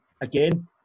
Again